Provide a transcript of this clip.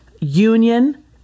union